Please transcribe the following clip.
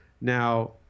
now